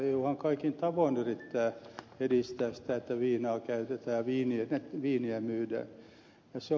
euhan kaikin tavoin yrittää edistää sitä että viinaa käytetään ja viiniä myydään